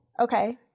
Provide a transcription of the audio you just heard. Okay